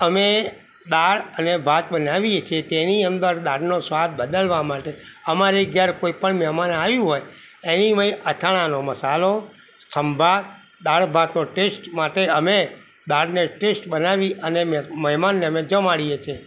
અમે દાળ અને ભાત બનાવીએ છીએ તેની અંદર દાળનો સ્વાદ બદલવા માટે અમારે ઘેર કોઈપણ મહેમાન આવ્યું હોય એની માંહી અથાણાંનો મસાલો સંભાર દાળ ભાતનો ટેસ્ટ માટે અમે દાળને ટેસ્ટ બનાવી અને મહેમાનને અમે જમાડીએ છીએ